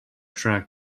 track